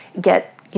get